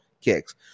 kicks